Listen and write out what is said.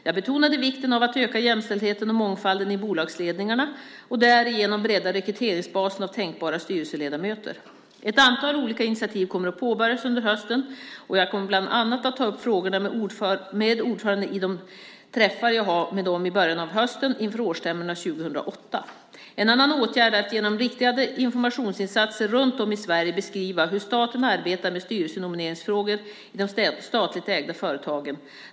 Jag betonade vikten av att öka jämställdheten och mångfalden i bolagsledningarna och därigenom bredda rekryteringsbasen av tänkbara styrelseledamöter. Ett antal olika initiativ kommer att påbörjas under hösten. Jag kommer bland annat att ta upp frågorna med ordförandena i de träffar jag har med dem i början av hösten, inför årsstämmorna 2008. En annan åtgärd är att genom riktade informationsinsatser runt om i Sverige beskriva hur staten arbetar med styrelsenomineringsfrågor i de statligt ägda företagen.